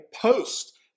post